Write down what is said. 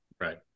Right